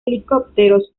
helicópteros